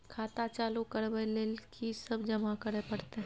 खाता चालू करबै लेल की सब जमा करै परतै?